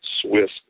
Swiss